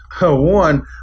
one